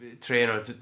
trainer